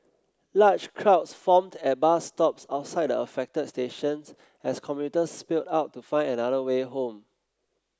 large crowds formed at bus stops outside the affected stations as commuters spilled out to find another way home